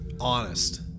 honest